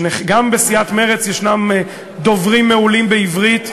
גם בסיעת מרצ יש דוברים מעולים בעברית.